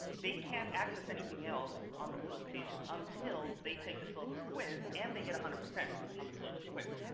they can't access anything else on the moodle page until they take the syllabus quiz and they get one hundred percent on the syllabus quiz.